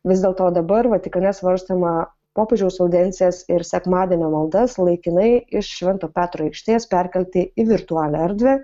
vis dėl to dabar vatikane svarstoma popiežiaus audiencijas ir sekmadienio maldas laikinai iš švento petro aikštės perkelti į virtualią erdvę